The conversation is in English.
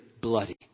bloody